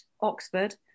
Oxford